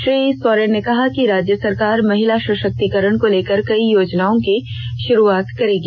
श्री सोरेन ने कहा कि राज्य सरकार महिला सषक्तिकरण को लेकर कई योजनाओं की षुरूआत की जायेगी